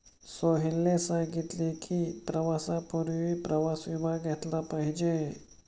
सोहेलने सांगितले की, प्रवासापूर्वी प्रवास विमा घेतला पाहिजे